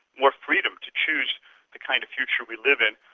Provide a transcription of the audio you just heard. more freedom to choose the kind of future we live in,